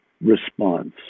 response